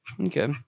Okay